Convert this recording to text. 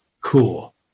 Cool